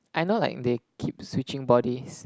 I know like they keep switching bodies